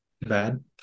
bad